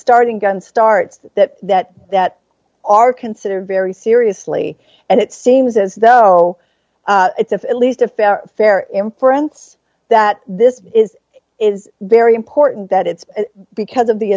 starting gun starts that that that are considered very seriously and it seems as though it's if at least a fair fair inference that this is is very important that it's because of the